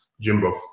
Jimbo